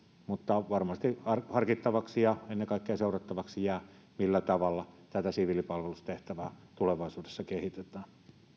mutta varmasti harkittavaksi ja ennen kaikkea seurattavaksi jää millä tavalla tätä siviilipalvelustehtävää tulevaisuudessa kehitetään